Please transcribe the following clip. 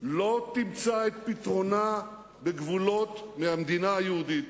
לא תמצא את פתרונה בגבולות המדינה היהודית.